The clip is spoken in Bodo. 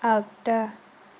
आगदा